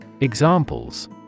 Examples